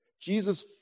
Jesus